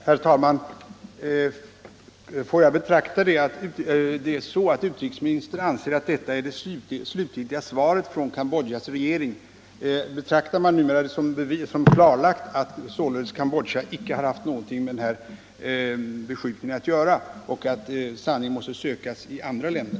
Herr talman! Får jag betrakta detta så att utrikesministern anser detta vara det slutgiltiga svaret från Cambodjas regering? Betraktar man det nu som klarlagt att Cambodja således icke haft något med beskjutningen att göra och att sanningen måste sökas i andra länder?